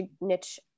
niche